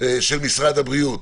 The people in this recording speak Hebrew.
של משרד הבריאות,